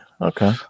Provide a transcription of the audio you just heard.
Okay